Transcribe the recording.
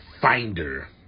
finder